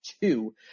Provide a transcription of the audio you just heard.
two